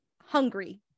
hungry